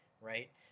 right